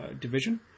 division